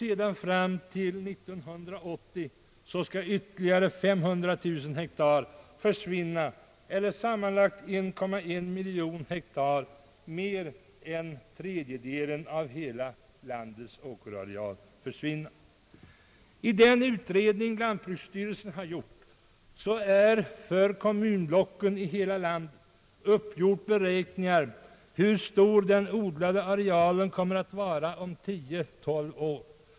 sedan fram till 1980 skall ytterligare 1,1 miljon hektar försvinna — sammanlagt mer än en tredjedel av hela landets åkerareal. I den utredning lantbruksstyrelsen har utfört har man för kommunblocken i hela landet beräknat, hur stor den odlade arealen kommer att vara om tio till tolv år.